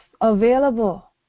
available